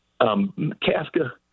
Kafka